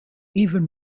even